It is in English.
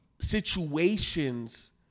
situations